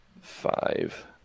five